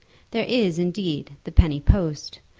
there is, indeed, the penny post,